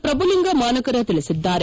ಪ್ರಭುಲಿಂಗ ಮಾನಕರ ತಿಳಿಸಿದ್ದಾರೆ